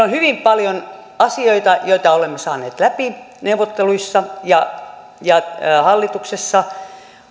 on hyvin paljon asioita joita olemme saaneet läpi neuvotteluissa ja ja hallituksessa